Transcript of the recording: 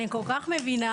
אני כל כך מבינה,